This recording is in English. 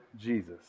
Jesus